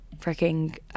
freaking